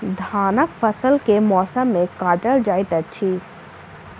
धानक फसल केँ मौसम मे काटल जाइत अछि?